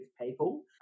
people